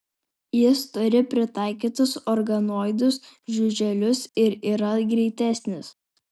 jis turi pritaikytus organoidus žiuželius ir yra greitesnis